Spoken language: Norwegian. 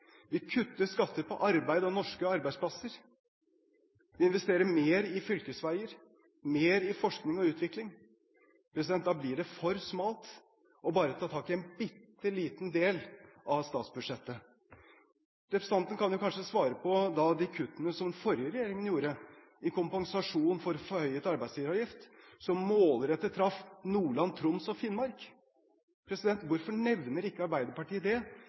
Vi kutter skatter på arbeid og norske arbeidsplasser. Vi investerer mer i fylkesveier, mer i forskning og utvikling. Da blir det for smalt bare å ta tak i en bitte liten del av statsbudsjettet. Representanten kan kanskje svare når det gjelder de kuttene som den forrige regjeringen foretok som kompensasjon for forhøyet arbeidsgiveravgift, som målrettet traff Nordland, Troms og Finnmark. Hvorfor nevner ikke Arbeiderpartiet det,